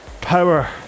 power